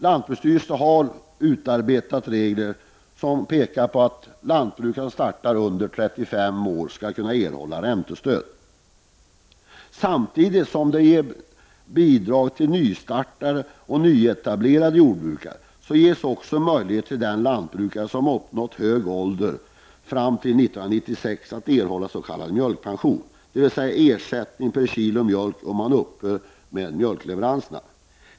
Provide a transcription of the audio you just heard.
Lantbruksstyrelsen har utarbetat regler härför. Lantbrukare under 35 år som startar ett jordbruk skall kunna erhålla räntestöd. Samtidigt som nystartande, nyetablerade jordbrukare får möjlighet att erhålla startbidrag får lantbrukare som fram till 1996 har uppnått en hög ålder möjlighet att erhålla s.k. mjölkpension — dvs. en ersättning per kilo mjölk — som man får om man upphör med mjölkproduktionen.